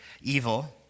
evil